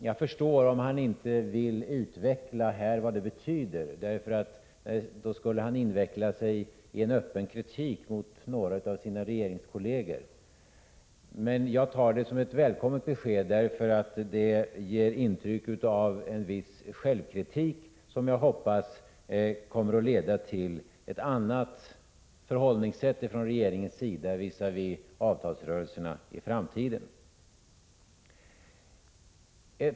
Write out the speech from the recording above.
Jag förstår om han inte här vill utveckla vad det betyder, för då skulle han inveckla sig i en öppen kritik mot några av sina regeringskolleger, men jag tar det som ett välkommet besked, eftersom det ger intryck av en viss självkritik, som jag hoppas kommer att leda till ett annat förhållningssätt från regeringens sida visavi avtalsrörelserna i framtiden.